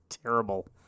Terrible